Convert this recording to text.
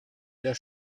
der